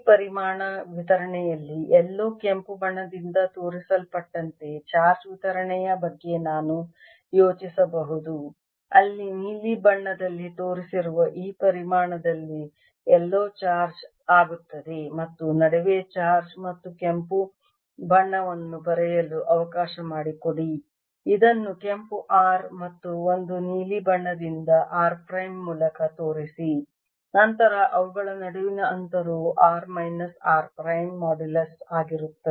ಈ ಪರಿಮಾಣ ವಿತರಣೆಯಲ್ಲಿ ಎಲ್ಲೋ ಕೆಂಪು ಬಣ್ಣದಿಂದ ತೋರಿಸಲ್ಪಟ್ಟಂತೆ ಚಾರ್ಜ್ ವಿತರಣೆಯ ಬಗ್ಗೆ ನಾನು ಯೋಚಿಸಬಹುದು ಅಲ್ಲಿ ನೀಲಿ ಬಣ್ಣದಲ್ಲಿ ತೋರಿಸಿರುವ ಈ ಪರಿಮಾಣದಲ್ಲಿ ಎಲ್ಲೋ ಚಾರ್ಜ್ ಆಗುತ್ತದೆ ಮತ್ತು ನಡುವೆ ಚಾರ್ಜ್ ಮತ್ತು ಕೆಂಪು ಬಣ್ಣವನ್ನು ಬರೆಯಲು ಅವಕಾಶ ಮಾಡಿಕೊಡಿ ಇದನ್ನು ಕೆಂಪು r ಮತ್ತು ಒಂದು ನೀಲಿ ಬಣ್ಣದಿಂದ r ಪ್ರೈಮ್ ಮೂಲಕ ತೋರಿಸಿ ನಂತರ ಅವುಗಳ ನಡುವಿನ ಅಂತರವು r ಮೈನಸ್ r ಪ್ರೈಮ್ನ ಮಾಡ್ಯುಲಸ್ ಆಗಿರುತ್ತದೆ